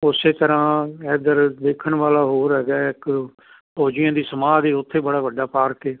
ਉਸੇ ਤਰ੍ਹਾਂ ਇੱਧਰ ਦੇਖਣ ਵਾਲਾ ਹੋਰ ਹੈਗਾ ਇੱਕ ਫੌਜੀਆਂ ਦੀ ਸਮਾਧ ਉੱਥੇ ਬੜਾ ਵੱਡਾ ਪਾਰਕ